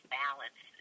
balance